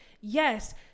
Yes